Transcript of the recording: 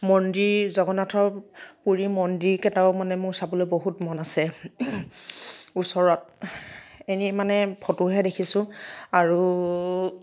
মন্দিৰ জগন্নাথৰ পুৰী মন্দিৰকেইটাও মানে মোৰ চাবলৈ বহুত মন আছে ওচৰত এনেই মানে ফটোহে দেখিছোঁ আৰু